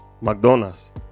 McDonald's